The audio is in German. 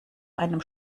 einem